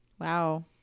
Wow